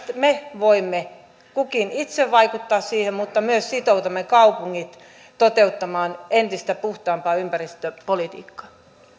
me voimme kukin itse vaikuttaa siihen mutta myös sitoutamme kaupungit toteuttamaan entistä puhtaampaa ympäristöpolitiikkaa